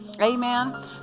Amen